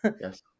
Yes